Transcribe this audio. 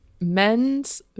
men's